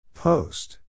Post